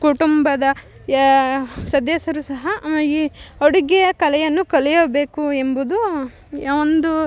ಕುಟುಂಬದ ಸದಸ್ಯರು ಸಹ ಈ ಅಡುಗೆಯ ಕಲೆಯನ್ನು ಕಲಿಯಬೇಕು ಎಂಬುದು ಒಂದು